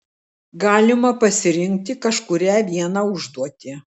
galima pasirinkti kažkurią vieną užduotį